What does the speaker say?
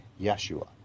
Yeshua